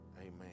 Amen